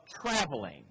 traveling